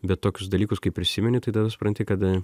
bet tokius dalykus kai prisimeni tai tada supranti kad